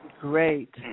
Great